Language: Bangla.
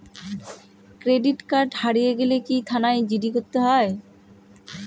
ক্রেডিট কার্ড হারিয়ে গেলে কি থানায় জি.ডি করতে হয়?